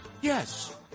Yes